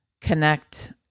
connect